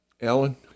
Alan